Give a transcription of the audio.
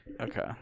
Okay